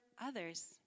others